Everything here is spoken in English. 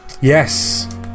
Yes